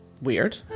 Weird